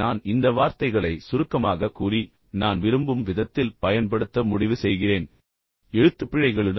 நான் இந்த வார்த்தைகளை சுருக்கமாகக் கூறி நான் விரும்பும் விதத்தில் பயன்படுத்த முடிவு செய்கிறேன் அதுவும் சீரற்ற எழுத்துப்பிழைகளுடன்